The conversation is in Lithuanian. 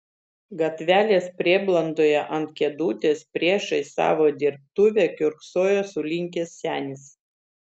gatvelės prieblandoje ant kėdutės priešais savo dirbtuvę kiurksojo sulinkęs senis